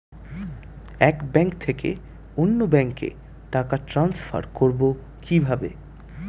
এক ব্যাংক থেকে অন্য ব্যাংকে টাকা ট্রান্সফার করবো কিভাবে?